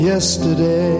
Yesterday